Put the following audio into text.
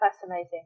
fascinating